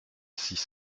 six